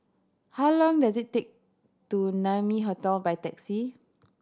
how long does it take to Naumi Hotel by taxi